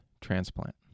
transplant